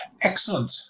Excellent